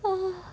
!wah!